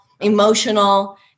emotional